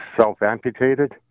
self-amputated